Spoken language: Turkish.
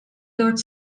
dört